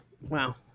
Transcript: Wow